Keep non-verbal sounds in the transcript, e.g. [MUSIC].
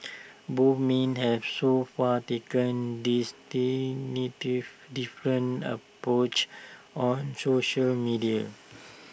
both men have so far taken [UNINTELLIGIBLE] different approaches on social media